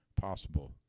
possible